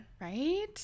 Right